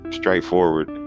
straightforward